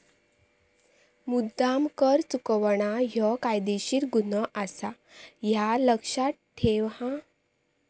मुद्द्दाम कर चुकवणा ह्यो कायदेशीर गुन्हो आसा, ह्या लक्ष्यात ठेव हां